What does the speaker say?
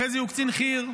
חזי הוא קצין חי"ר.